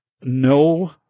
no